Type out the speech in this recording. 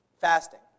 Fasting